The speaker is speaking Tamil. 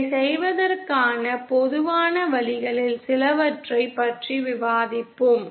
இதைச் செய்வதற்கான பொதுவான வழிகளில் சிலவற்றைப் பற்றி விவாதிப்போம்